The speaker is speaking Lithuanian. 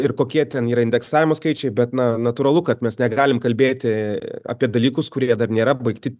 ir kokie ten yra indeksavimo skaičiai bet na natūralu kad mes negalim kalbėti apie dalykus kurie dar nėra baigti